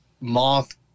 Moth